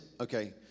Okay